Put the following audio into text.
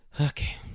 okay